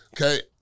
Okay